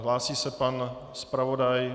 Hlásí se pan zpravodaj.